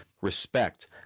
respect